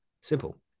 Simple